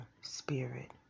spirit